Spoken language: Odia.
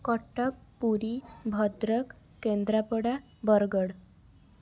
କଟକ ପୁରୀ ଭଦ୍ରକ କେନ୍ଦ୍ରାପଡ଼ା ବରଗଡ଼